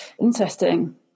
Interesting